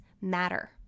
matter